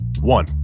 One